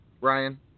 ryan